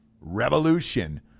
REVOLUTION